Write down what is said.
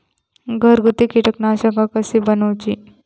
घरगुती कीटकनाशका कशी बनवूची?